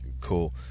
Cool